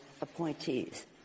appointees